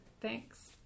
Thanks